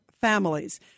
families